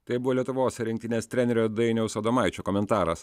tai buvo lietuvos rinktinės trenerio dainiaus adomaičio komentaras